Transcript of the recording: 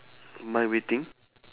mind waiting